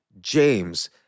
James